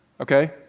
Okay